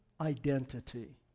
identity